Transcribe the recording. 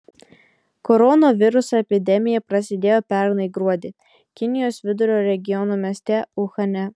koronaviruso epidemija prasidėjo pernai gruodį kinijos vidurio regiono mieste uhane